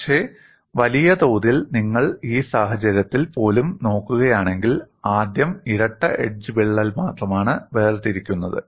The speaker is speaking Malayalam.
പക്ഷേ വലിയതോതിൽ നിങ്ങൾ ഈ സാഹചര്യത്തിൽ പോലും നോക്കുകയാണെങ്കിൽ ആദ്യം ഇരട്ട എഡ്ജ് വിള്ളൽ മാത്രമാണ് വേർതിരിക്കുന്നത്